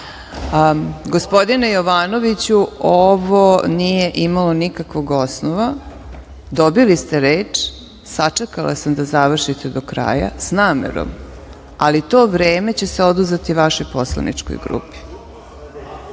Jovanoviću, ovo nije imalo nikakvog osnova, dobili ste reč, sačekala sam da završite do kraja s namerom, ali to vreme će se oduzeti vašoj poslaničkoj